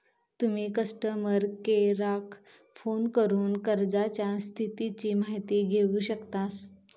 तुम्ही कस्टमर केयराक फोन करून कर्जाच्या स्थितीची माहिती घेउ शकतास